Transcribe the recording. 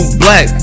black